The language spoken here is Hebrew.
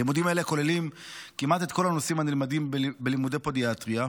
לימודים אלה כוללים כמעט את כל הנושאים הנלמדים בלימודי פודיאטריה,